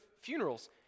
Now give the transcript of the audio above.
funerals